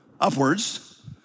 Upwards